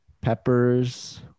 peppers